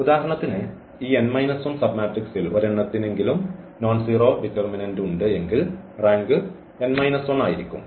ഉദാഹരണത്തിന് ഈ n 1 സബ്മാട്രിക്സിൽ ഒരെണ്ണത്തിന് എങ്കിലും നോൺസീറോ ഡിറ്റർമിനന്റ് ഉണ്ട് എങ്കിൽ റാങ്ക് n 1 ആയിരിക്കും